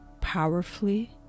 powerfully